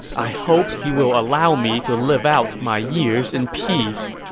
i hope he will allow me to live out my years in peace.